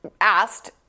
asked